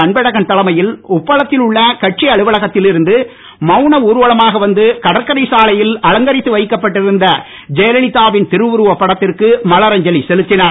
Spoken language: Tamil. அன்பழகன் தலைமையில் உப்பளத்தில் உள்ள கட்சி அலுவலகத்தில் இருந்து மவுன ஊர்வளமாக வந்து கடற்கரை சாலையில் அலங்கரித்து வைக்கப்பட்டிருந்த ஜெயலிதாவின் திருவுருவப் படத்திற்கு மலரஞ்சலி செலுத்தினர்